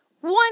one